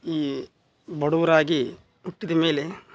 ಈ ಬಡವರಾಗಿ ಹುಟ್ಟಿದ ಮೇಲೆ